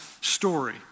story